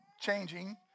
changing